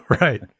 Right